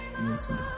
Listen